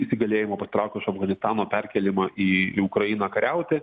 įsigalėjimo pasitraukė iš afganistano perkėlimą į į ukrainą kariauti